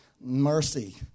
Mercy